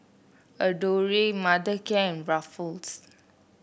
Adore Mothercare and Ruffles